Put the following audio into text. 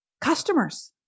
customers